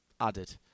added